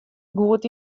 goed